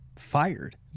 Fired